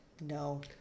no